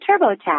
TurboTax